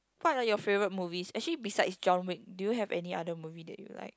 what are your favorite movies actually besides John Wick do you have any other movie that you like